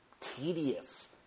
tedious